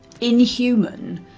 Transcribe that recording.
inhuman